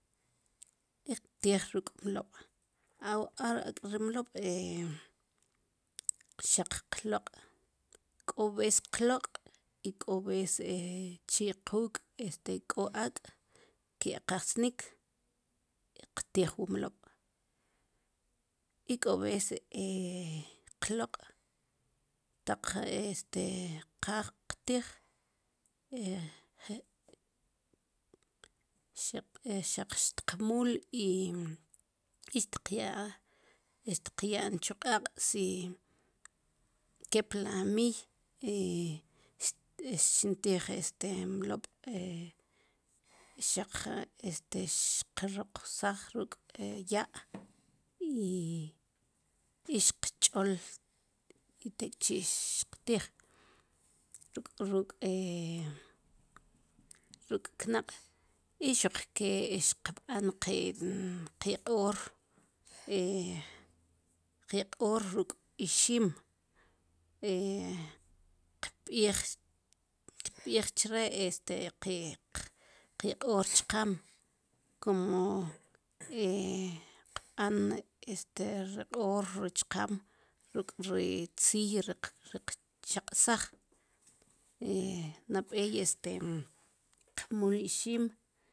Qtij rik' mlob' ak' ri mlob' xaq'loq' ko ves xaq'loq' i koves chi quk' este ko ak' ke kasnik qtij wu mlob' i koves qloq' taq este qaj qtij xaq xaq tmul i xtya xtyan chuq'aq si kepla mia x- xntij este mlob' xaq este xqroqsaj ruk'ya' i xchol tek' chi xqtij ruk' ruk' ruk knaq' i xuq ke xb'an qi q'or qi q'or ruk' ixim qb'ij qb'ij chere este qi q'or chiqam komo qb'a este ri q'or chiqam rik' ri tzij qcheqsaj nab'ey este qmul ri ixim